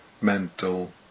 mental